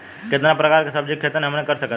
कितना प्रकार के सब्जी के खेती हमनी कर सकत हई?